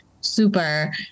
super